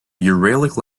uralic